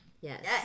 Yes